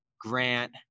Grant